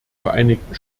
vereinigten